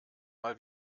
mal